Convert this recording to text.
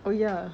oh ya